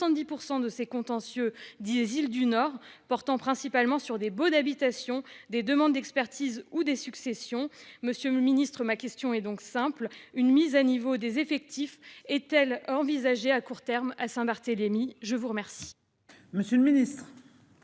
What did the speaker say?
70 % des contentieux des îles du Nord. Ceux-ci portent principalement sur des baux d'habitation, des demandes d'expertise ou des successions. Monsieur le ministre, ma question est donc simple : une mise à niveau des effectifs est-elle envisagée à court terme pour Saint-Barthélemy ? La parole est à M. le ministre